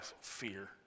fear